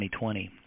2020